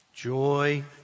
joy